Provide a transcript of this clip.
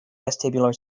vestibular